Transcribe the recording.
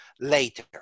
later